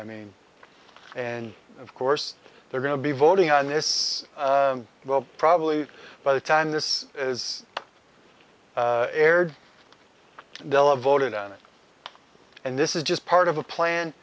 i mean and of course they're going to be voting on this well probably by the time this is aired dela voted on it and this is just part of a